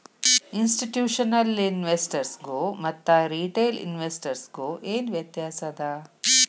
ಇನ್ಸ್ಟಿಟ್ಯೂಷ್ನಲಿನ್ವೆಸ್ಟರ್ಸ್ಗು ಮತ್ತ ರಿಟೇಲ್ ಇನ್ವೆಸ್ಟರ್ಸ್ಗು ಏನ್ ವ್ಯತ್ಯಾಸದ?